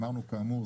אמרנו כאמור,